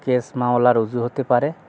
case মামলা রজু হতে পারে